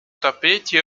tapete